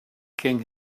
king